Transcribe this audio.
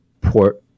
port